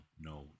no